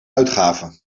uitgave